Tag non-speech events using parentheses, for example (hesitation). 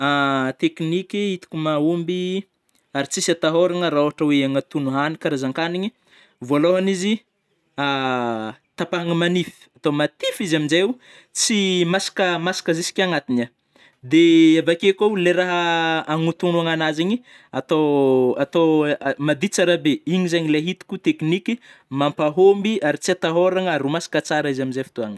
(hesitation) Tekniky hitako mahomby, ary tsisy atahôragna ra ôhatra oe agnatono hany-karazankanigny, vôlôhany izy, (hesitation) tapahagna manify atô matify izy amizay o, tsy maska-masaka ziskagnatigny agny, de avake koa o le raha (hesitation) agnatonôgno agnazy igny, atô-atô- (hesitation) madio tsara be, igny zegny le hitako tekniky mampahômby ary tsy atahôragna ary ho masaka tsara izy amizay fotoagna.